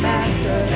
Master